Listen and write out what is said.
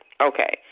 okay